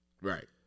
Right